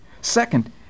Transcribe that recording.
Second